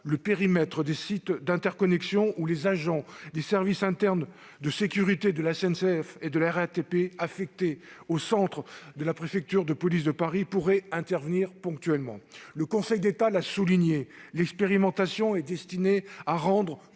le périmètre des sites d'interconnexion où les agents des services internes de sécurité de la SNCF et de la RATP affectés au centre de la préfecture de police de Paris pourraient intervenir ponctuellement. Le Conseil d'État l'a souligné : l'expérimentation est destinée à rendre plus